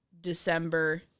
December